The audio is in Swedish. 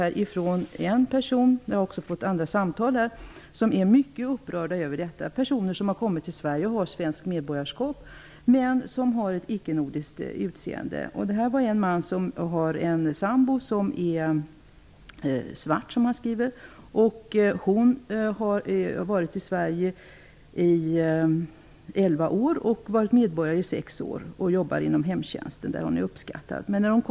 Jag har fått brev och telefonsamtal från olika personer som är mycket upprörda. Det är personer som har svenskt medborgarskap men som har ett icke-nordiskt utseende. Jag har fått brev från en man vars sambo är ''svart''. Hon har bott i Sverige i elva år och varit svensk medborgare i sex år. Hon jobbar inom hemtjänsten och är mycket uppskattad där.